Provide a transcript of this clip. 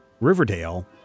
Riverdale